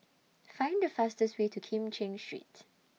Find The fastest Way to Kim Cheng Street